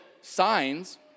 signs